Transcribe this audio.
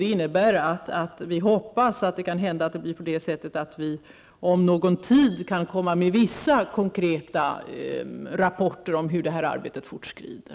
Det innebär att vi hoppas att vi om någon tid kan komma med vissa konkreta rapporter om hur detta arbete fortskrider.